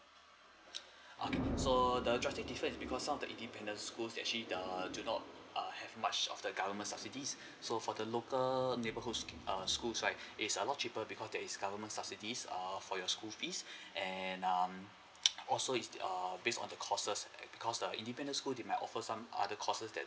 okay so the drastic different is because some of the independent schools actually the do not err have much of the government subsidies so for the local neighbourhoods err schools right it's a lot cheaper because there is government subsidies err for your school fees and um also is err based on the courses because the independent school they might offer some other courses that